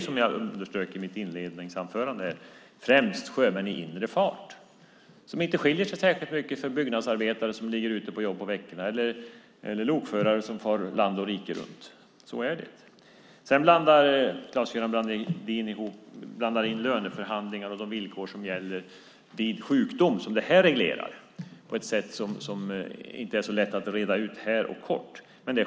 Som jag underströk i mitt inledningsanförande gäller detta främst sjömän i inre fart. Deras arbetsförhållanden skiljer sig inte särskilt mycket från byggnadsarbetares som ligger ute på jobb i veckorna eller lokförares som far land och rike runt. Claes-Göran Brandin blandar in löneförhandlingar och de villkor som gäller vid sjukdom, som detta reglerar, på ett sätt som inte är så lätt att reda ut här och på kort tid.